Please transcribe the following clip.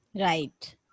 Right